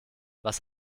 was